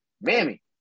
Mammy